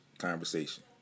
conversation